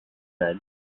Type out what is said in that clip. said